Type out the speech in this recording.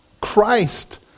Christ